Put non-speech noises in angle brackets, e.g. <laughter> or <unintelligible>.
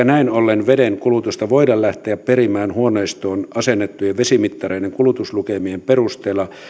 <unintelligible> näin ollen vedenkulutusta voida lähteä perimään huoneistoon asennettujen vesimittareiden kulutuslukemien perusteella